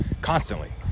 constantly